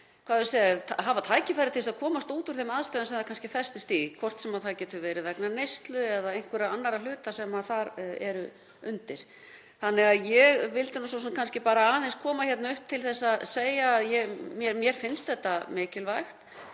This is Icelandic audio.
leitað í til að hafa tækifæri til að komast út úr þeim aðstæðum sem það kannski festist í, hvort sem það getur verið vegna neyslu eða einhverra annarra hluta sem þar eru undir. Þannig að ég vildi nú svo sem kannski bara aðeins koma hérna upp til að segja að mér finnst þetta mikilvægt,